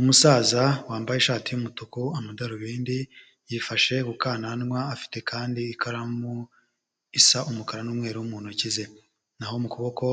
Umusaza wambaye ishati y'umutuku, amadarubindi, yifashe ku kananwa afite kandi ikaramu isa umukara n'umweru mu ntoki ze, n'aho mu kuboko